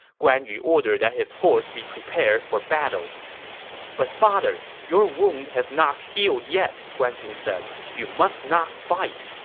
guan yu ordered that his horse be prepared for battle but father, your wound has not healed yet, guan ping said. you must not fight.